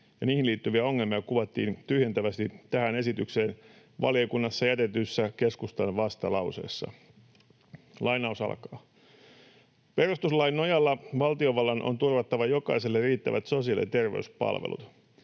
niihin liittyviä ongelmia kuvattiin tyhjentävästi tähän esitykseen valiokunnassa jätetyssä keskustan vastalauseessa: ”Perustuslain nojalla valtiovallan on turvattava jokaiselle riittävät sosiaali- ja terveyspalvelut.